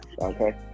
Okay